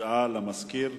הודעה למזכיר.